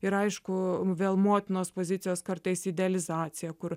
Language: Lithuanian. ir aišku vėl motinos pozicijos kartais idealizacija kur